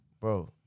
bro